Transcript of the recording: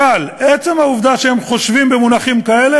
אבל עצם העובדה שהם חושבים במונחים כאלה,